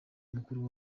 mukuru